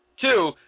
two